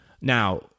Now